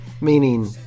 Meaning